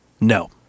no